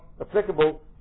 applicable